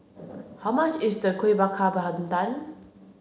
how much is the Kuih Bakar Pandan